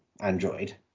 android